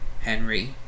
Henry